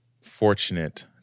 fortunate